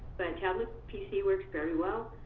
tablet pc works very well.